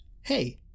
Hey